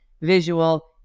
visual